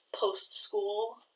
post-school